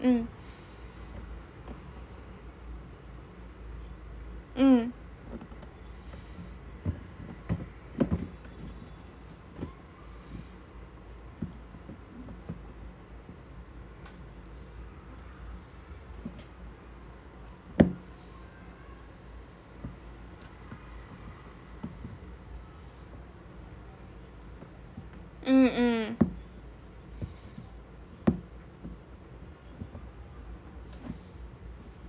mm mm mm mm